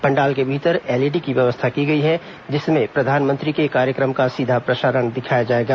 पंडाल के भीतर एलईडी की व्यवस्था की गई है जिसमें प्रधानमंत्री के कार्यक्रम का सीधा प्रसारण दिखाया जाएगा